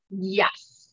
Yes